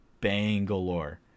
Bangalore